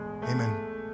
Amen